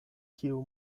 kiu